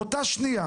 באותה שנייה